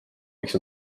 miks